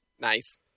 Nice